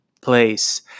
place